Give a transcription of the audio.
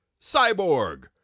Cyborg